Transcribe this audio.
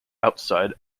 outside